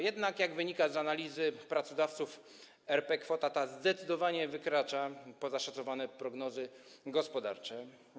Jednak jak wynika z analizy Pracodawców RP, kwota ta zdecydowanie wykracza poza szacowane prognozy gospodarcze.